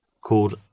called